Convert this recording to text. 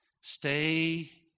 Stay